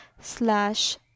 slash